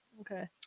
Okay